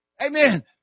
Amen